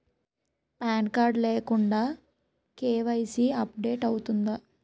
Pan card లేకుండా KYC update అవుతుందా?